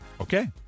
Okay